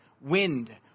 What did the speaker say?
wind